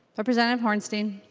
representative hornstein